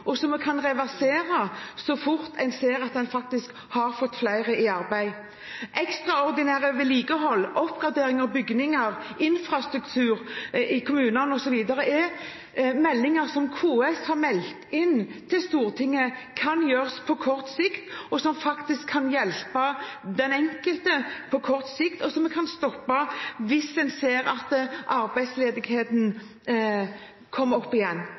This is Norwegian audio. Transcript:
og som vi kan reversere så fort man ser at man faktisk har fått flere i arbeid. Ekstraordinært vedlikehold, oppgradering av bygninger, infrastruktur i kommunene osv. er noe KS har meldt inn til Stortinget kan gjøres på kort sikt. Det kan faktisk hjelpe den enkelte på kort sikt, og det kan stoppes hvis man ser at arbeidsledigheten synker igjen.